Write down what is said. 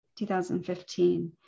2015